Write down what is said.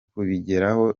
kubigeraho